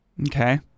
Okay